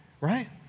right